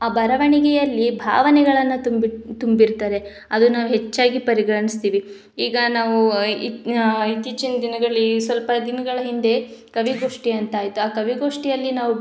ಆ ಬರವಣಿಗೆಯಲ್ಲಿ ಭಾವನೆಗಳನ್ನು ತುಂಬಿಟ್ಟು ತುಂಬಿರ್ತಾರೆ ಅದು ನಾವು ಹೆಚ್ಚಾಗಿ ಪರಿಗಣಿಸ್ತೀವಿ ಈಗ ನಾವು ಇತ್ತಿಚೀನ ದಿನ್ದಲ್ಲಿ ಸ್ವಲ್ಪ ದಿನಗಳ ಹಿಂದೆ ಕವಿಗೋಷ್ಠಿ ಅಂತ ಆಯಿತು ಆ ಕವಿಗೋಷ್ಠಿಯಲ್ಲಿ ನಾವು